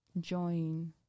join